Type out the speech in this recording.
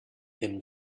him